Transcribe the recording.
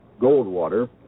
Goldwater